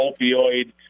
opioid